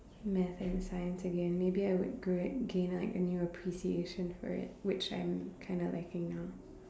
math and science again maybe I would grow gain like a new appreciation for it which I'm kind of lacking now